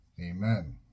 Amen